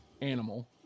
Animal